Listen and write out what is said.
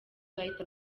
bahita